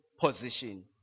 position